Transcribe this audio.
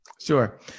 Sure